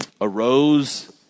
arose